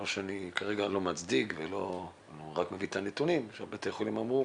אני לא מצדיק אלא רק מביא את הנתונים כפי שאמרו